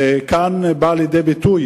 וכאן זה בא לידי ביטוי,